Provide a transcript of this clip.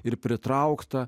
ir pritraukta